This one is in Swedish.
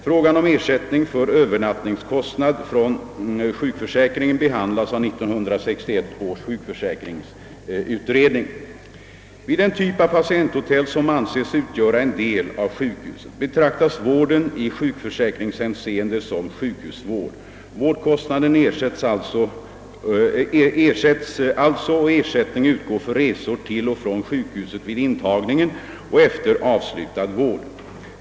Frågan om ersättning för övernattningskostnad från sjukförsäkringen behandlas av 1961 års sjukförsäkringsutredning. Vid den typ av patienthotell, som anses utgöra en del av sjukhuset, betraktas vården i sjukförsäkringshänseende som sjukhusvård. Vårdkostnaden ersätts alltså och ersättning utgår för resor till och från sjukhuset vid intagningen och efter avslutad vård.